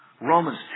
Romans